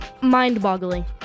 Mind-boggling